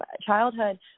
childhood